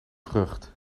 vrucht